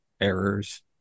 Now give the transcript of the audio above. errors